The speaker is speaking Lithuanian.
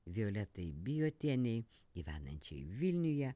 violetai bijotienei gyvenančiai vilniuje